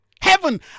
Heaven